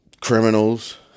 criminals